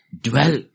dwell